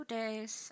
days